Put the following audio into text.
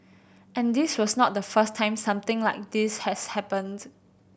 and this was not the first time something like this has happens